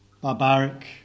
barbaric